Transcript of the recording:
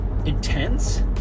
intense